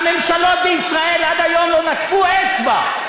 הממשלות בישראל עד היום לא נקפו אצבע,